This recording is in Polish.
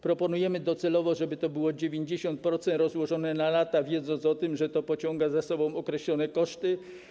Proponujemy, żeby docelowo to było 90% rozłożone na lata, wiedząc o tym, że to pociąga za sobą określone koszty.